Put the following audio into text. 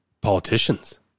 politicians